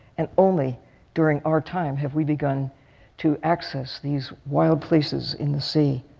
and only during our time have we begun to access these wild places in the sea.